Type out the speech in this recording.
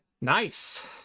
Nice